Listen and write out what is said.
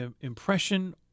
impression